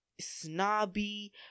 snobby